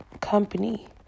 company